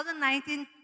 2019